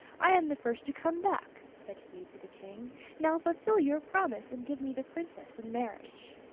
i am the first to come back, said he to the king now fulfil your promise, and give me the princess in marriage.